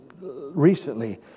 Recently